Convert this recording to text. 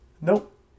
nope